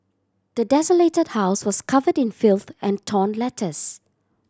the desolated house was covered in filth and torn letters